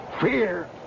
Fear